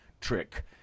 trick